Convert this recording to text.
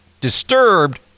Disturbed